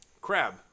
Crab